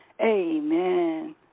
Amen